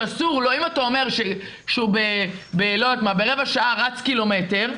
אם אתה אומר שהוא ברבע שעה רץ קילומטר,